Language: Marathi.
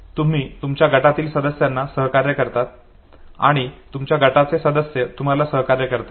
तुम्ही तुमच्या गटातील सदस्यांना सहकार्य करतात आणि तुमच्या गटाचे सदस्य तुम्हाला सहकार्य करतात